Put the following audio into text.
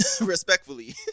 respectfully